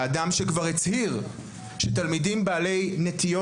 האדם שכבר הצהיר שתלמידים בעלי נטיות